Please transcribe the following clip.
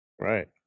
Right